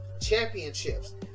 championships